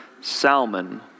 Salmon